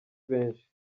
benshi